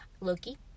Loki